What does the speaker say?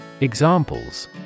Examples